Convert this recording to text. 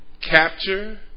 capture